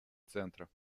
центра